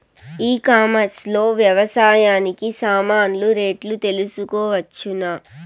ఈ కామర్స్ లో వ్యవసాయానికి సామాన్లు రేట్లు తెలుసుకోవచ్చునా?